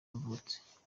yavutse